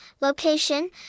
location